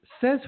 says